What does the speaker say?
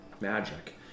magic